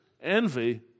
envy